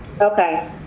Okay